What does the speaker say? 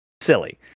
silly